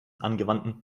angewandten